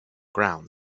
ground